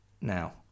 Now